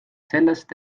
sellest